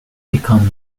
become